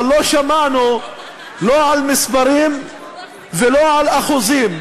אבל לא שמענו לא על מספרים ולא על אחוזים.